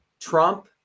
Trump